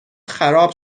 خراب